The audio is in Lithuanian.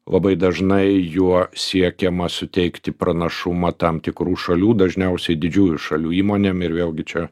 labai dažnai juo siekiama suteikti pranašumą tam tikrų šalių dažniausiai didžiųjų šalių įmonėm ir vėlgi čia